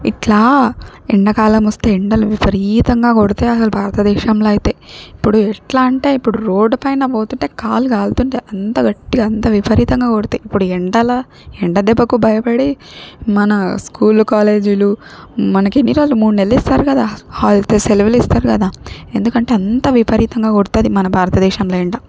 ఇట్లా ఎండకాలం వస్తే ఎండలు విపరీతంగా కొడతాయి అసలు భారతదేశంలో అయితే ఇప్పుడు ఎట్లా అంటే ఇప్పుడు రోడ్డుపైన పోతుంటే కాల్ కాలుతుంటాయ్ అంత గట్టిగా అంత విపరీతంగా కొడుతాయ్ ఇప్పుడు ఎండల ఎండ దెబ్బకు భయపడి మన స్కూలు కాలేజీలు మనకి ఎన్ని రోజులు మూడు నెళ్ళిస్తారు కదా హాళ్తు సెలవులు ఇస్తారు కదా ఎందుకంటే అంత విపరీతంగా కొడతాది మన భారతదేశంలో ఎండ